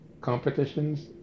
competitions